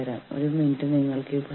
അതിനാൽ ഒന്ന് യൂണിയൻ സംഘടനയാണ്